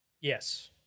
Yes